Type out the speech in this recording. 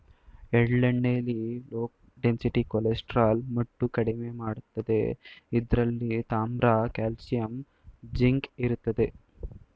ಎಳ್ಳೆಣ್ಣೆಲಿ low density cholesterol ಮಟ್ಟ ಕಡಿಮೆ ಮಾಡ್ತದೆ ಇದ್ರಲ್ಲಿ ತಾಮ್ರ ಕಾಲ್ಸಿಯಂ ಜಿಂಕ್ ಇರ್ತದೆ